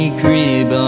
crib